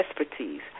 expertise